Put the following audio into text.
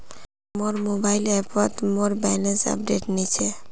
मोर मोबाइल ऐपोत मोर बैलेंस अपडेट नि छे